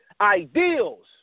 ideals